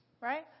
right